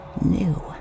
new